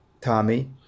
tommy